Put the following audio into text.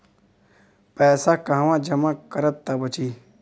पैसा कहवा जमा करब त बची?